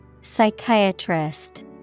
Psychiatrist